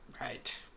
Right